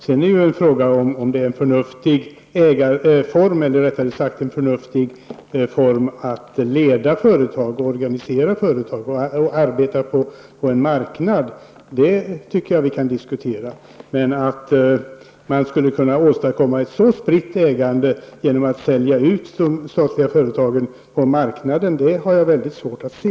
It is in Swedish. Sedan är det en fråga om det är en förnuftig form för att leda och organisera företag och för att arbeta på en marknad. Det tycker jag att vi kan diskutera. Men att man skulle kunna åstadkomma ett så spritt ägande genom att sälja ut de statliga företagen på marknaden, det har jag svårt att se.